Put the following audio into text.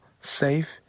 safe